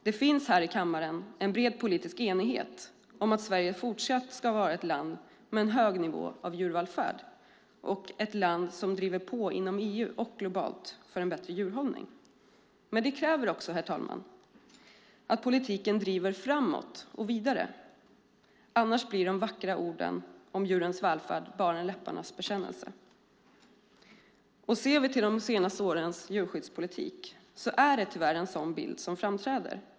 Det finns i kammaren en bred politisk enighet om att Sverige fortsatt ska vara ett land med en hög nivå av djurvälfärd och ett land som inom EU och globalt driver på för en bättre djurhållning. Men det kräver också, herr talman, att politiken driver framåt. I annat fall blir de vackra orden om djurens välfärd bara en läpparnas bekännelse. Ser vi till de senaste årens djurskyddspolitik är det tyvärr en sådan bild som framträder.